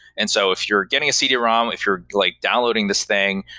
and so if you're getting a cd-rom, if you're like downloading this thing,